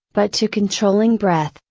but to controlling breath,